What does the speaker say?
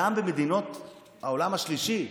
גם במדינות העולם השלישי,